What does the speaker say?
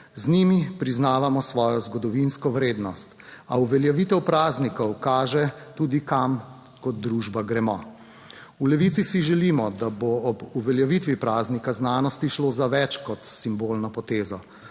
z njimi priznavamo svojo zgodovinsko vrednost. A uveljavitev praznikov kaže, tudi, kam kot družba gremo. V Levici si želimo, da bo ob uveljavitvi praznika znanosti šlo za več kot simbolno potezo.